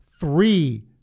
three